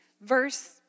Verse